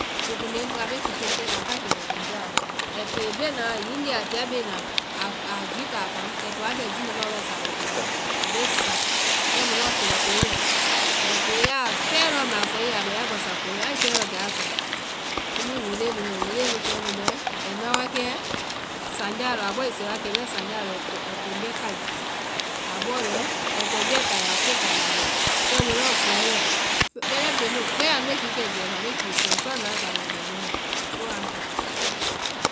Pookondee a bee kikɛ tuŋ a ta kɛndɛ́ feŋ jaa lɔ, ai tee bee na wa, hiŋi gee a toa bee na a ji taa kaŋ, ai to kɛ ji mɛ nuɔ bɛɛ samaĩ kpɛ a ma a bee sa. Kɛ mu lɔɔ kɛkoe bɛ, kɛkoe ya a fɛe lɔɔ mbɛ a fɔ i ye bɛ ya gbasa kɔiɛ lɔ, ai fɛe lɔɔ kɛ a suaŋ, kumu woloe nu bɛ, woloe nu kɛɛnu bɛɛ, ai na wa kɛɛ sanjáa lɔ, abɔ i sɛɛ wa kɛ bɛɛ sanjáa lɔ ai kɔnjɛ́ káí, a bɔɔ bɛɛ ai kɔnjɛ́ káí a ya foka a yaa lɔŋ, kɛ mu lɔɔ kpɔŋɛ bɛ, kɛndɛ́ feŋɛ nu kpɛɛ anu bee kikɛ jɛima, ai toa suaŋ suaŋ na wa ai to a lɔ sama i kpɛ anu ma, soo aa mɛ nu.